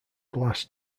glass